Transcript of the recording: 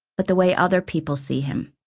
but the way other people see him.